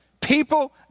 people